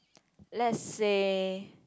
lets say